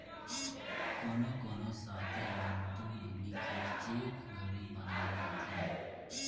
कोनो कोनो सातिर मन दो डुप्लीकेट चेक घलो बनाए लेथें